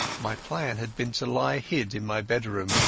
my plan had been to lie hid in my bedroom,